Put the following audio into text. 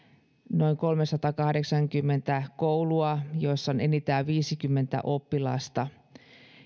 noin kolmesataakahdeksankymmentä koulua joissa on enintään viisikymmentä oppilasta